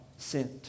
Sent